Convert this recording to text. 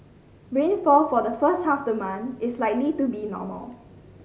rainfall for the first half of the month is likely to be normal